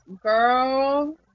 girl